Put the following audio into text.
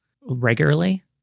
regularly